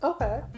Okay